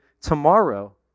tomorrow